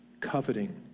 coveting